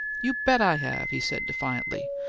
you bet i have! he said defiantly.